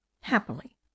Happily